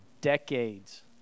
decades